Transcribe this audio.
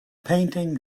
painting